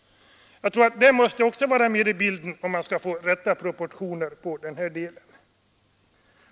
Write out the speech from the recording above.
Detta måste också vara med i bilden om man skall få rätta proportioner på den här frågan.